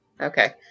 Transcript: Okay